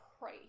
pray